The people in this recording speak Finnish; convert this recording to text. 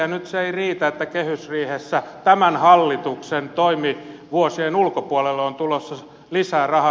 ja nyt se ei riitä että kehysriihessä tämän hallituksen toimivuosien ulkopuolella on tulossa lisää rahaa